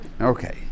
Okay